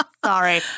Sorry